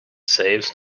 saves